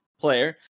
player